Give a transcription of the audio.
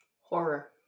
horror